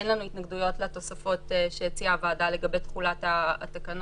אין לנו התנגדויות לתוספות שהציעה הוועדה לגבי תחולת התקנות.